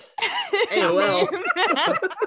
AOL